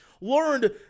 learned